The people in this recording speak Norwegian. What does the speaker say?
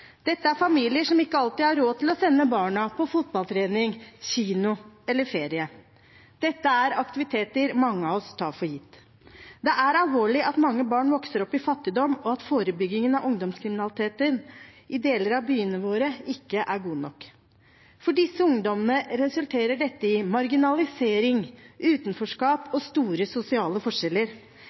Dette er familier som ikke alltid har råd til å sende barna på fotballtrening, kino eller ferie. Dette er aktiviteter mange av oss tar for gitt. Det er alvorlig at mange barn vokser opp i fattigdom, og at forebyggingen av ungdomskriminaliteten i deler av byene våre ikke er god nok. For disse ungdommene resulterer dette i marginalisering, utenforskap og store sosiale forskjeller.